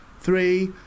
Three